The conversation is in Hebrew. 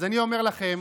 --- אז אני אומר לכם,